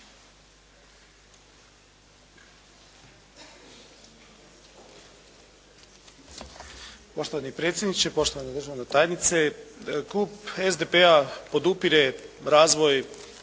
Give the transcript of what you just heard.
Poštovani predsjedniče, poštovana državna tajnice. Klub SDP-a podupire razvoj